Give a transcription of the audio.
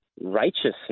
righteousness